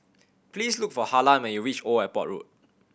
please look for Harlan when you reach Old Airport Road